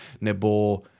nebo